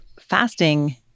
fasting